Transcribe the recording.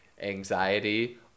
anxiety